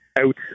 out